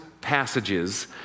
passages